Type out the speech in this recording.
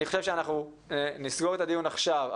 אני חושב שאנחנו נסגור את הדיון עכשיו.